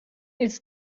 ils